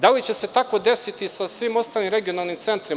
Da li će se tako desiti sa svim ostalim regionalnim centrima?